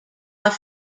are